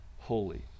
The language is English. holy